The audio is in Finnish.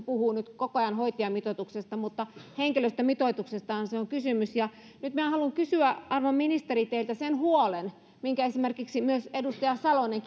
puhuu nyt koko ajan hoitajamitoituksesta mutta henkilöstömitoituksestahan siinä on kysymys nyt haluan kysyä arvon ministeri teiltä siitä huolesta minkä esimerkiksi myös edustaja salonen